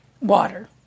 water